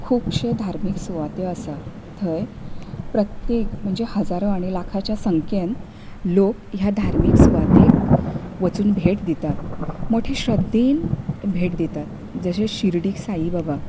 खुबशें धार्मीक सुवात्यो आसा थंय प्रत्येक म्हणजे हजारांनी आनी लाखांचे संख्येन लोक ह्या धर्मीक सुवातेक वचून भेट दितात मोठे श्रद्धेन भेट दितात जशें शिर्डीक साईबाबा